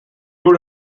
two